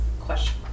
Question